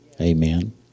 Amen